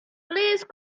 please